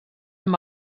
amb